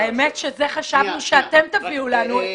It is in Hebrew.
האמת שזה חשבנו שאתם תביאו לנו,